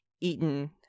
eaten